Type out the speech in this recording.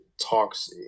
talks